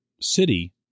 city